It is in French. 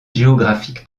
géographique